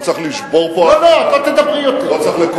בשביל זה שמת מיליארד שקל לישיבות בבסיס התקציב?